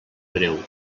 breu